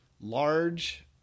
large